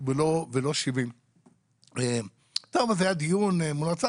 ולא 70. היה דיון מול האוצר,